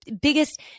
biggest